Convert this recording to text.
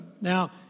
Now